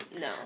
No